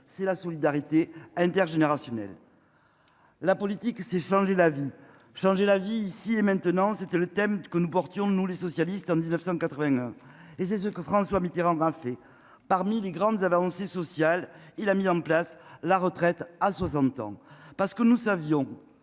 c'est la solidarité intergénérationnelle. La politique c'est changer la vie. Changer la vie, ici et maintenant. C'était le thème que nous portions de nous, les socialistes en 1981. Et c'est ce que François Mitterrand grimper. Parmi les grandes avancées sociales, il a mis en place la retraite à 60 ans parce que nous savions